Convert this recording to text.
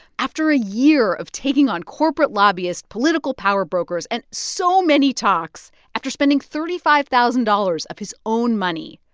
after a year of taking on corporate lobbyists, political power brokers and so many talks after spending thirty five thousand dollars of his own money,